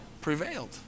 Prevailed